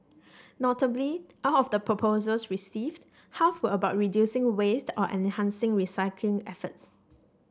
notably out of the proposals received half were about reducing waste or enhancing recycling efforts